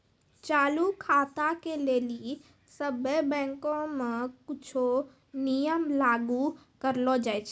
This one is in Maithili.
चालू खाता के लेली सभ्भे बैंको मे कुछो नियम लागू करलो जाय छै